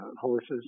horses